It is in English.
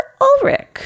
Ulrich